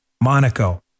Monaco